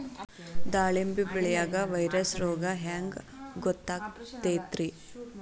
ದಾಳಿಂಬಿ ಬೆಳಿಯಾಗ ವೈರಸ್ ರೋಗ ಹ್ಯಾಂಗ ಗೊತ್ತಾಕ್ಕತ್ರೇ?